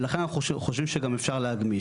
ולכן, אנחנו גם חושבים שגם אפשר להגמיש.